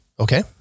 Okay